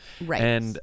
Right